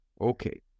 Okay